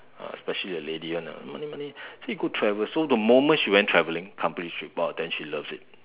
ah especially the lady [one] lah money money so you go travel so the moment she went travelling company trip !wow! then she loves it